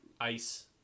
ice